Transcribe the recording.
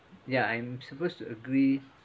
ya I'm supposed to agree